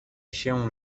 się